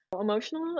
Emotional